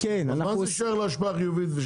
אז מה זה שייך להשפעה חיובית?